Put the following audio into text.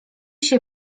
się